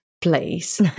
place